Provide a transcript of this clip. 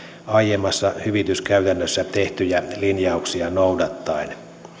aiemmassa hyvityskäytännössä tehtyjä linjauksia noudattaen